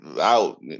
out